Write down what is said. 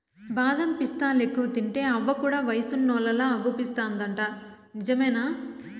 బాదం పిస్తాలెక్కువ తింటే అవ్వ కూడా వయసున్నోల్లలా అగుపిస్తాదంట నిజమేనా